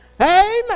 Amen